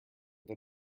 than